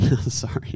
sorry